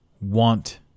want